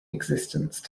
existence